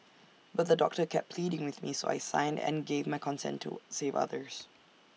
but the doctor kept pleading with me so I signed and gave my consent to save others